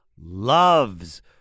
loves